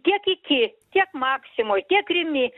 tiek iki tiek maksimoj tiek rimi